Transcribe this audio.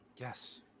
Yes